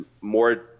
more